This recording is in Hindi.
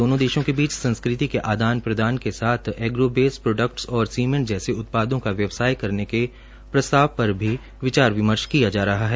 दोनों देशों के बीच संस्कृति के आदान प्रदान के साथ एग्रोबेस प्रोडक्टस और सीमेंट जैसे उत्पादों का व्यवसाय करने के प्रस्ताव पर भी विचार विमर्श किया जा रहा है